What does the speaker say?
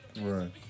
Right